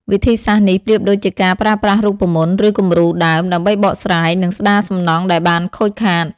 វិធីសាស្ត្រនេះប្រៀបដូចជាការប្រើប្រាស់រូបមន្ត ឬគំរូដើម ដើម្បីបកស្រាយ និងស្ដារសំណង់ដែលបានខូចខាត។